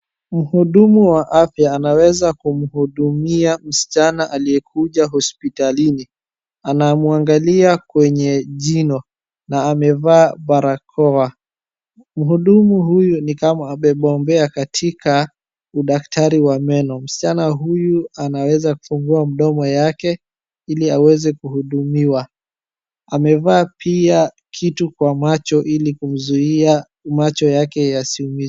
Mhudumu wa afya anaweza kumhudumia msichana aliyekuja hospitalini anamwangalia kwenye jino na amevaa barakoa. Mhudumu huyu ni kama amebombea katika udaktari wa meno, msichana huyu anaweza kufungua mdomo yake ili aweze kuhudumiwa. Amevaa pia kitu kwa macho ili kumzuia macho yake yasiumizwe.